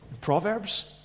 Proverbs